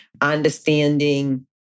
understanding